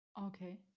Okay